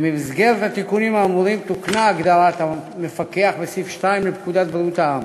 חוק אכיפה סביבתית כלל שורה ארוכה של תיקונים עקיפים,